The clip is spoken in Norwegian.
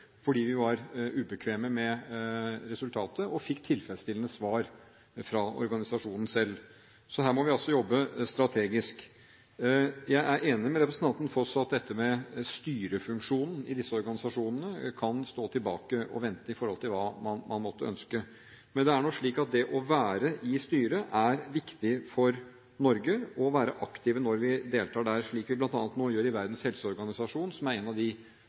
fordi vi var ubekvemme med resultatet, og vi fikk tilfredsstillende svar fra organisasjonen selv. Så her må vi jobbe strategisk. Jeg er enig med representanten Foss i at styrefunksjonen i disse organisasjonene kan stå tilbake å vente i forhold til hva man måtte ønske. Men det er nå slik at det å være i styret er viktig for Norge, å være aktive når vi deltar der, slik vi bl.a. nå gjør i Verdens helseorganisasjon, som er en av de